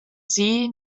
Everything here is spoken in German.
see